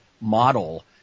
model